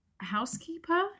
Housekeeper